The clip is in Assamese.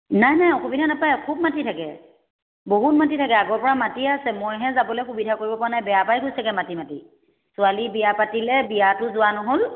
নাই নাই অসুবিধা নাপায় খুব মাতি থাকে বহুত মাতি থাকে আগৰ পৰা মাতি আছে মইহে যাবলৈ সুবিধা কৰিব পৰা নাই বেয়া পাই গৈছেগে মাতি মাতি ছোৱালী বিয়া পাতিলে বিয়াটো যোৱা নহ'ল